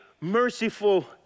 merciful